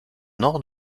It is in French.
nord